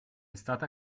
stata